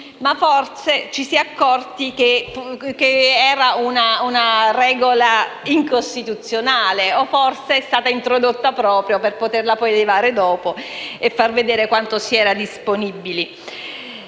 forse ci si è accorti che era una norma incostituzionale, o forse è stata introdotta proprio per poterla poi eliminare e far vedere quanto si era disponibili.